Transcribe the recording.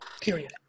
Period